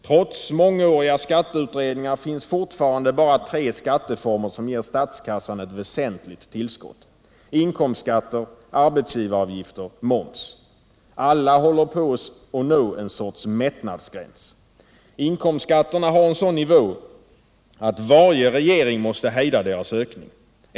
Trots mångåriga skatteutredningar finns det fortfarande bara tre skatteformer som ger statskassan ett väsentligt tillskott: inkomstskatter, arbetsgivaravgifter och moms. Alla håller på att nå en sorts mättnadsgräns. Inkomstskatterna har en sådan nivå att varje regering måste hejda deras ökning.